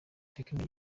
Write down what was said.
tekno